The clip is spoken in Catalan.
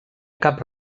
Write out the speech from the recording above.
cap